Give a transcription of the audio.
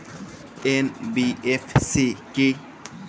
NBFC কী?